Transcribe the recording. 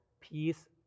peace